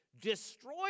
Destroy